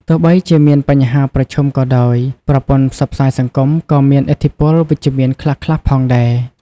ទោះបីជាមានបញ្ហាប្រឈមក៏ដោយ ប្រព័ន្ធផ្សព្វផ្សាយសង្គមក៏មានឥទ្ធិពលវិជ្ជមានខ្លះៗផងដែរ។